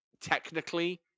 technically